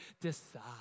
decide